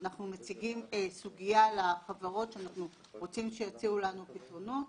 שאנחנו מציגים סוגיה לחברות שאנחנו רוצים שיציעו לנו פתרונות.